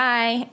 Bye